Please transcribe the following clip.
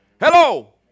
Hello